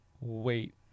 wait